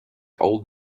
old